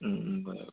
बर